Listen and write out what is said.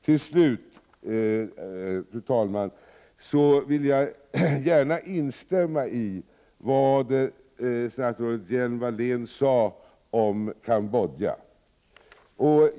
Till slut, fru talman, vill jag gärna instämma i vad statsrådet Hjelm-Wallén sade om Cambodja.